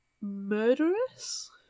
Murderous